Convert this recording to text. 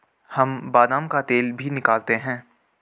हम बादाम का तेल भी निकालते हैं